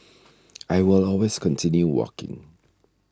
I will always continue walking